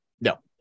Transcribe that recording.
No